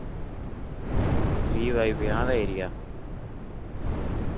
बीह् बाय पंजाहं दा एरिया